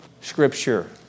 scripture